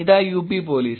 ഇതാ UP police